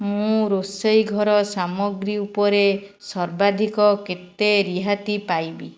ମୁଁ ରୋଷେଇ ଘର ସାମଗ୍ରୀ ଉପରେ ସର୍ବାଧିକ କେତେ ରିହାତି ପାଇବି